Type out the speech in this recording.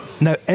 Now